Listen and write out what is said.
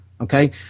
Okay